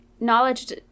knowledge